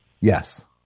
Yes